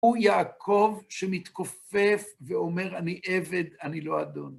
הוא יעקב שמתכופף ואומר, אני עבד, אני לא אדון.